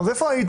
אז איפה הייתם,